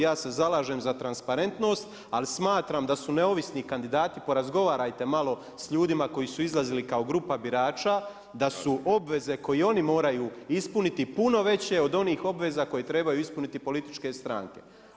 Ja se zalažem za transparentnost, ali smatram da su neovisni kandidati porazgovarajte malo s ljudima koji su izlazili kao grupa birača, da su obveze koje oni moraju ispuniti puno veće od onih obveza koje trebaju ispuniti političke stranke.